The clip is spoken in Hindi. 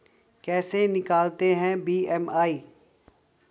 कैसे निकालते हैं बी.एम.आई?